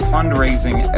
Fundraising